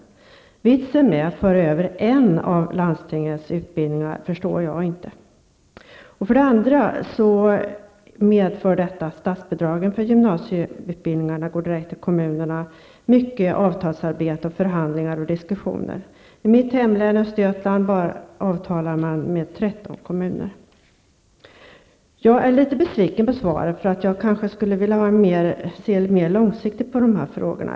För det första förstår jag inte vitsen med att föra över en av landstingens utbildningar. För det andra medför det faktum att statsbidragen för gymnasieskolorna går direkt till kommunerna mycket avtalsarbete, förhandlingar och diskussioner. I mitt hemlän, Östergötland, sluter man avtal med tretton kommuner. Jag är litet besviken på svaret -- jag kanske skulle vilja se mer långsiktigt på de här frågorna.